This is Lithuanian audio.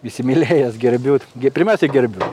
įsimylėjęs gerbiu gi pirmiausiai gerbiu